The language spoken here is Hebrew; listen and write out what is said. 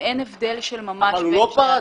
ואין הבדל של ממש בין שני הדברים.